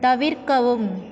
தவிர்க்கவும்